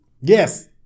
Yes